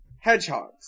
hedgehogs